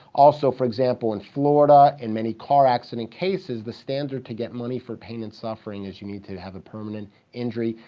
also, for example, in florida, in many car accident cases, the standard to get money for pain and suffering is you need to have a permanent injury.